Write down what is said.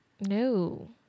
no